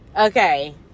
okay